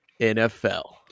NFL